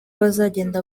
bazajya